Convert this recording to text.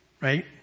Right